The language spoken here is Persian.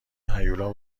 هیولا